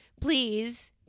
please